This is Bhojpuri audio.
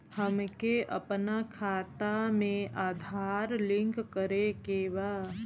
हमके अपना खाता में आधार लिंक करें के बा?